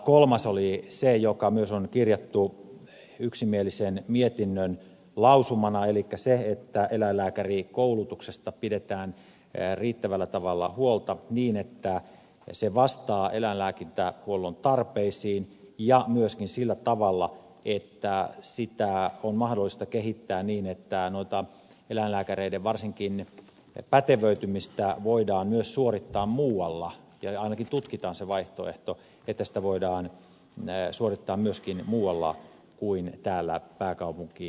kolmas oli se joka myös on kirjattu yksimielisen mietinnön lausumana elikkä se että eläinlääkärikoulutuksesta pidetään riittävällä tavalla huolta niin että se vastaa eläinlääkintähuollon tarpeisiin ja myöskin sillä tavalla että sitä on mahdollista kehittää niin että varsinkin eläinlääkäreiden pätevöitymistä voidaan myös suorittaa muualla ja ainakin tutkitaan se vaihtoehto että sitä voidaan suorittaa myöskin muualla kuin täällä pääkaupunkiseudulla